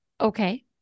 Okay